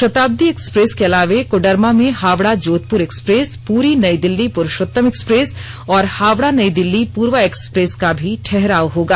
शताब्दी एक्सप्रेस के अलावे कोडरमा में हावड़ा जोधपुर एक्सप्रेस पूरी नई दिल्ली पुरुषोत्तम एक्सप्रेस और हावड़ा नई दिल्ली पूर्वा एक्सप्रेस का भी ठहराव होगा